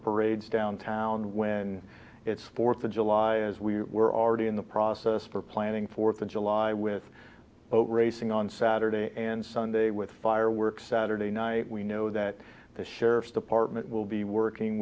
parades downtown when it's fourth of july as we were already in the process for planning fourth of july with over racing on saturday and sunday with fireworks saturday night we know that the sheriff's department will be working